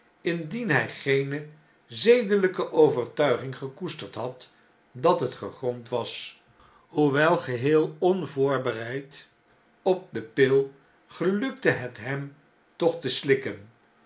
indien hjj geene zedelpe overtuiging gekoesterd had dat hetgegrondwas hoewel geheel onvoorbereid op de pil gelukte het hem toch te slikken